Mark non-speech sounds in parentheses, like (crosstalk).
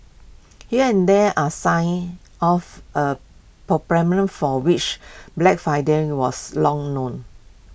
here and there are signs of A (unintelligible) for which Black Friday was long known